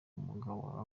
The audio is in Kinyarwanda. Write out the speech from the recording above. umugabo